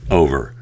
over